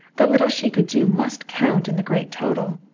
the little she could do must count in the great total.